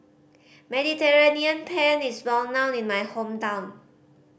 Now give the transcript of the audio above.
Mediterranean Penne is well known in my hometown